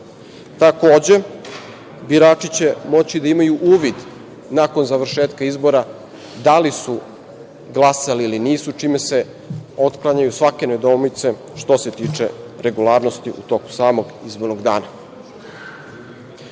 Takođe, birači će moći da imaju uvid nakon završetka izbora da li su glasali ili nisu, čime se otklanjaju svake nedoumice što se tiče regularnosti u toku samog izbornog dana. Mi